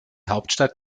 hauptstadt